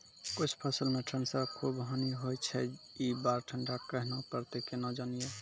कुछ फसल मे ठंड से खूब हानि होय छैय ई बार ठंडा कहना परतै केना जानये?